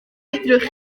fedrwch